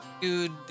dude